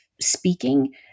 speaking